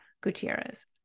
Gutierrez